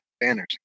Banners